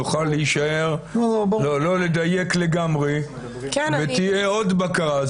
נוכל לא לדייק לגמרי, ותהיה עוד בקרה.